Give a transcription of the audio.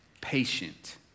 patient